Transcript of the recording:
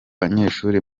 banyeshuri